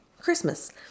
Christmas